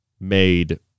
Made